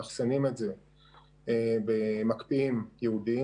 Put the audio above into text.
מאחסנים את זה במקפיאים ייעודיים,